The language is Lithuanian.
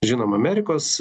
žinom amerikos